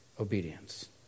Obedience